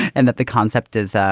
and that the concept is, ah